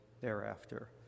thereafter